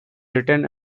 written